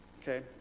okay